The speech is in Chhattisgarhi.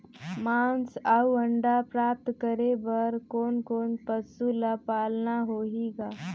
मांस अउ अंडा प्राप्त करे बर कोन कोन पशु ल पालना होही ग?